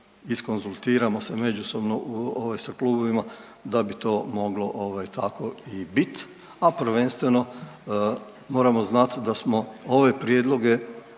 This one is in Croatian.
iskonzultiramo se međusobno sa klubovima da bi to moglo tako i biti, a prvenstveno moramo znati da smo ove prijedloge